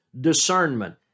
discernment